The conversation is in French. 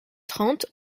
trente